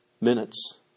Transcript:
minutes